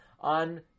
on